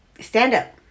stand-up